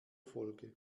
folge